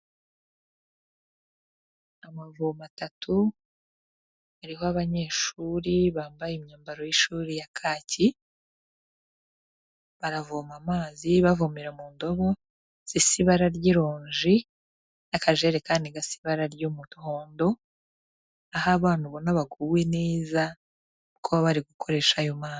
Amavomo atatu ariho abanyeshuri bambaye imyambaro y'ishuri ya kaki baravoma amazi bavomera mu ndobo zisa ibara ry'ironji, akajerekani gasa ibara ry'umuhondo. Aho abana ubona baguwe neza kuba barigukoresha ayo mazi.